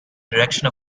direction